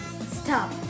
Stop